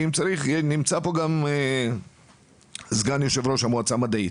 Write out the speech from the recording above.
ואם צריך נמצא פה גם סגן יושב-ראש המועצה המדעית.